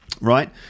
right